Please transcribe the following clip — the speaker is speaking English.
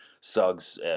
Suggs